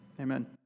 Amen